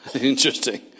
Interesting